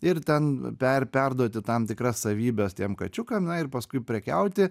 ir ten per perduoti tam tikras savybes tiem kačiukam na ir paskui prekiauti